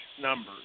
numbers